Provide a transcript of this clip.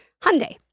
Hyundai